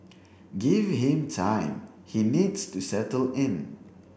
give him time he needs to settle in